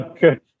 Good